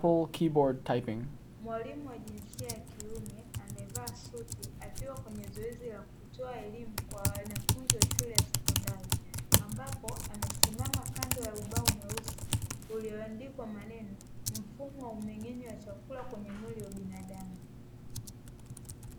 Mwalimu wa jinsia ya kiume amevaa suti akiwa katika zoezi la kutoa elimu kwa wanafunzi wa shule ya sekondari. Ambapo amesimama kando ya ubao mweusi uliondikwa maneno "mfumo wa mmeng'enyo wa chakula kwenye mwili wa binadamu".